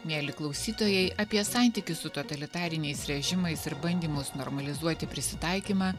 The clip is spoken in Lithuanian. mieli klausytojai apie santykius su totalitariniais režimais ir bandymus normalizuoti prisitaikymą